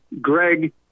Greg